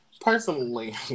personally